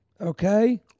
okay